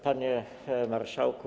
Panie Marszałku!